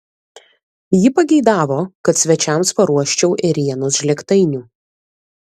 ji pageidavo kad svečiams paruoščiau ėrienos žlėgtainių